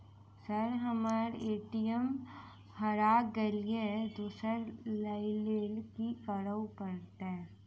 Sir हम्मर ATM हरा गइलए दोसर लईलैल की करऽ परतै?